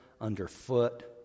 underfoot